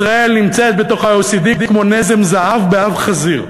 ישראל נמצאת בתוך ה-OECD כמו נזם זהב באף חזיר.